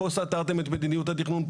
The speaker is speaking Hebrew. פה סתרתם את מדיניות התכנון,